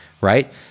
right